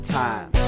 time